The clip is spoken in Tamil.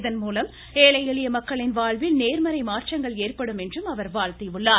இதன்மூலம் ஏழை எளிய மக்களின் வாழ்வில் நேர்மறை மாற்றங்கள் ஏற்படட்டும் என்றும் வாழ்த்தியுள்ளார்